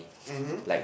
mm !huh!